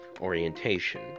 orientation